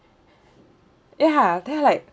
ya there like